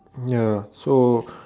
ya so